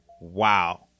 Wow